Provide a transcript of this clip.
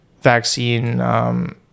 vaccine